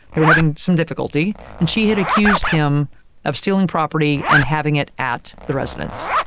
they were having some difficulty, and she had accused him of stealing property and having it at the residence.